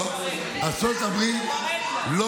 ארצות הברית לא